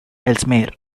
ellesmere